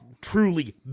truly